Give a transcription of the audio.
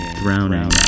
drowning